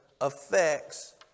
affects